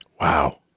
wow